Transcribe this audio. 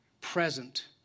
present